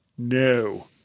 No